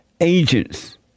agents